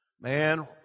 Man